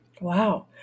Wow